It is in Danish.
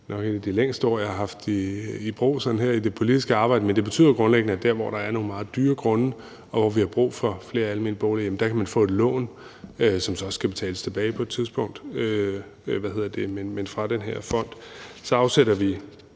nok et af de længste ord, jeg har haft i brug her i det politiske arbejde, men det betyder grundlæggende, at der, hvor der er nogle meget dyre grunde, og hvor vi har brug for flere almene boliger, kan man få et lån, som så skal betales tilbage på et tidspunkt, men fra den her fond. Så afsætter vi